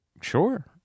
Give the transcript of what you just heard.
Sure